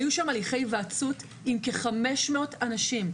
היו שם הליכי היוועצות עם כ-500 אנשים.